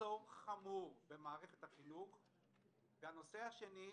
הנושא השני,